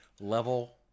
level